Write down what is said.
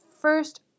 first